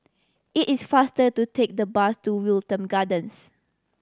it is faster to take the bus to Wilton Gardens